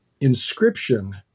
inscription